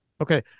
Okay